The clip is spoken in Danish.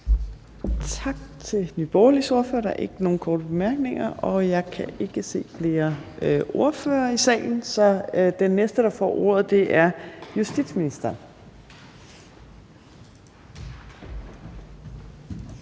Tak til Nye Borgerliges ordfører. Der er ikke nogen korte bemærkninger. Jeg kan ikke se flere ordførere i salen. Så den næste, der får ordet, er justitsministeren.